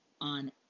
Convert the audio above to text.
on